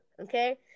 okay